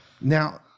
Now